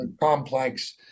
complex